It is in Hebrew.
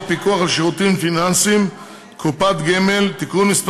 פיקוח על שירותים פיננסיים (קופת גמל) (תיקון מס'